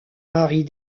marie